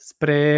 Spre